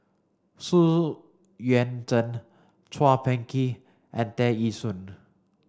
Xu Yuan Zhen Chua Phung Kim and Tear Ee Soon